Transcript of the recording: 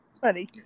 funny